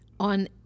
On